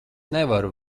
nevaru